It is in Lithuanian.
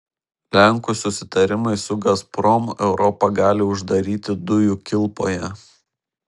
lenkų susitarimai su gazprom europą gali uždaryti dujų kilpoje